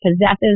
possesses